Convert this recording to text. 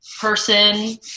person